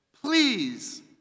Please